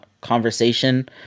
conversation